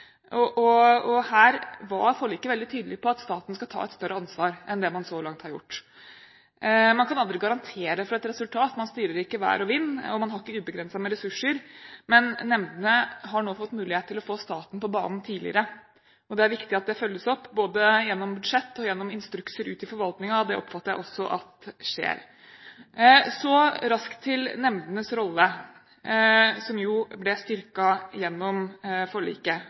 og her var forliket veldig tydelig på at staten skal ta et større ansvar enn det man så langt har gjort. Man kan aldri garantere for et resultat – man styrer ikke vær og vind, og man har ikke ubegrenset med ressurser – men nemndene har nå fått mulighet til å få staten på banen tidligere. Det er viktig at det følges opp, både gjennom budsjett og gjennom instrukser ut i forvaltningen, og det oppfatter jeg også at skjer. Så raskt til nemndenes rolle, som ble styrket gjennom forliket,